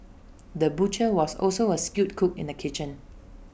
the butcher was also A skilled cook in the kitchen